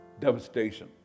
devastation